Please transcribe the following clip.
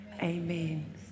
amen